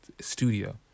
studio